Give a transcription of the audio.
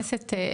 חבר הכנסת אלקין,